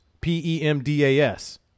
P-E-M-D-A-S